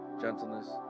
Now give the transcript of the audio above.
gentleness